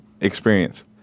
Experience